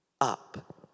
up